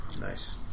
Nice